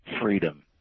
freedom